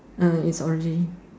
mm its already